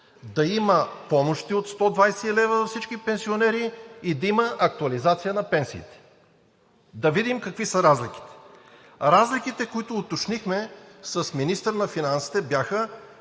да има помощи от 120 лв. за всички пенсионери и да има актуализация на пенсиите. Да видим какви са разликите? Разликите, които уточнихме с министъра на финансите, бяха,